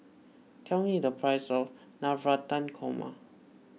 tell me the price of Navratan Korma